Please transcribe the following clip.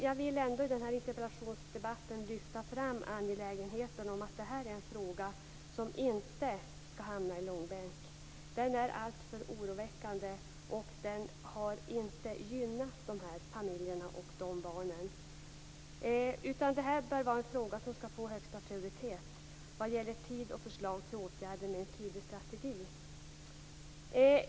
Jag vill ändock i den här interpellationsdebatten lyfta fram angelägenheten av att denna fråga inte skall hamna i långbänk. Den är alltför oroväckande, och utvecklingen har inte gynnat de berörda familjerna och barnen. Denna fråga bör få högsta prioritet vad gäller tid och förslag till åtgärder med en tydlig strategi.